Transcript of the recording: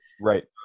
Right